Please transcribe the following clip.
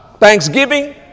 thanksgiving